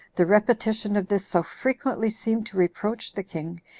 the repetition of this so frequently seemed to reproach the king,